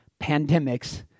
pandemics